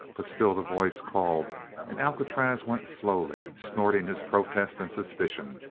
but still the voice called and alcatraz went slowly, snorting his protest and suspicion,